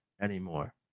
anymore